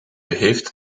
heeft